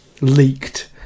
leaked